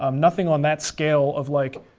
um nothing on that scale of like,